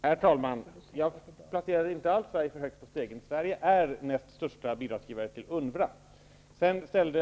Herr talman! Jag placerade inte alls Sverige för högt på stegen -- Sverige är näst största bidragsgivare till UNRWA!